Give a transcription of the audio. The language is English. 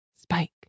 spike